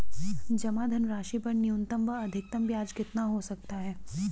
जमा धनराशि पर न्यूनतम एवं अधिकतम ब्याज कितना हो सकता है?